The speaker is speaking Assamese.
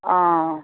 অঁ